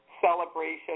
celebration